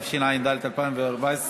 התשע"ד 2014,